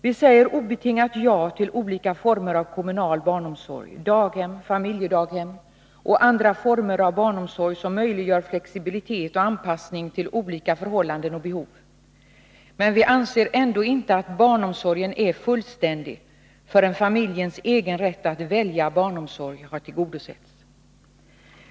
Vi säger obetingat ja till olika former av kommunal barnomsorg — daghem, familjedaghem och andra former av barnomsorg, som möjliggör flexibilitet och anpassning med tanke på olika förhållanden och behov. Barnomsorgen är ändå inte fullständig förrän familjen själv kan välja den form av barnomsorg som man vill ha.